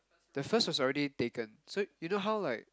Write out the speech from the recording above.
the first was already taken so you know how like